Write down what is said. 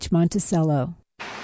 Monticello